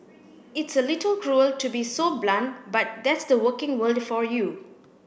it's a little cruel to be so blunt but that's the working world for you